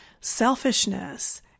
selfishness